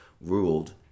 ruled